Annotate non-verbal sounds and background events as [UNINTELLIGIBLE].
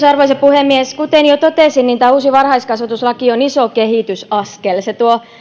[UNINTELLIGIBLE] arvoisa puhemies kuten jo totesin tämä uusi varhaiskasvatuslaki on iso kehitysaskel se tuo